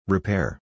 Repair